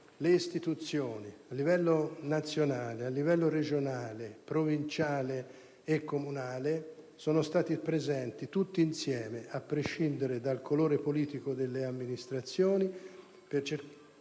le istituzioni, a livello nazionale, regionale, provinciale e comunale sono state presenti tutte insieme, a prescindere dal colore politico delle amministrazioni, per cercare di portare un